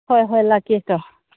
ꯍꯣꯏ ꯍꯣꯏ ꯂꯥꯛꯀꯦ ꯀꯣ